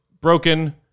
broken